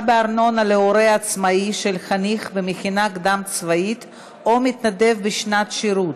בארנונה להורה עצמאי של חניך במכינה קדם-צבאית או מתנדב בשנת שירות),